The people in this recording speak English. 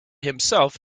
himself